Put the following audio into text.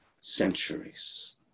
centuries